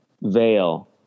veil